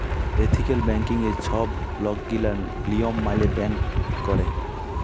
ethical ব্যাংকিংয়ে ছব লকগিলা লিয়ম মালে ব্যাংক ক্যরে